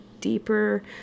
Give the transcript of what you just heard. deeper